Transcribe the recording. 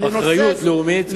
אחריות לאומית, בשמחה רבה.